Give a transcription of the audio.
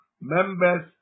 Members